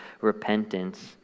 repentance